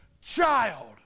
child